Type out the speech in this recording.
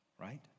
Right